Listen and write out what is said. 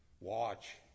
Watch